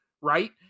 right